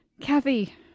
kathy